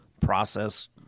process